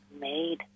made